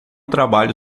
trabalha